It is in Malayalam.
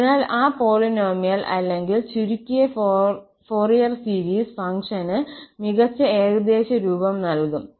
അതിനാൽ ആ പോളിനോമിയൽ അല്ലെങ്കിൽ ചുരുക്കിയ ഫോറിയർ സീരീസ് ഫംഗ്ഷന് മികച്ച ഏകദേശരൂപം നൽകും